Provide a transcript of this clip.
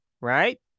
right